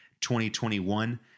2021